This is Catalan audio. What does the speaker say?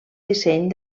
disseny